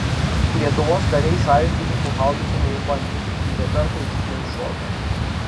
lietuvos kariai sąjungininkų haubicų neišbandė nė karto iš jų neiššovė